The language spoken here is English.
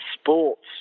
sports